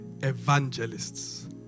evangelists